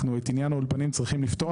אנחנו את עניין האולפנים צריכים לפתור,